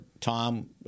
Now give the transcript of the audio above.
Tom